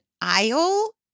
aisle